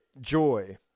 joy